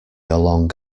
along